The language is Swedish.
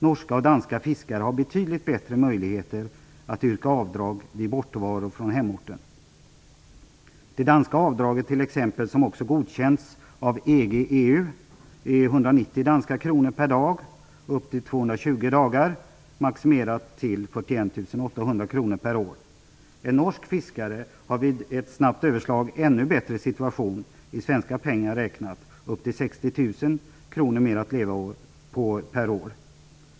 Norska och danska fiskare har betydligt bättre möjligheter att yrka avdrag vid bortovaro från hemorten. Det danska avdraget, som också godkänts av EG/EU, är på 190 danska kronor per dag upp till 220 dagar, maximerat till 41 800 kr per år. En norsk fiskare har vid ett snabbt överslag en ännu bättre situation i svenska pengar räknat, upp till 60 000 kr mer att leva på per år.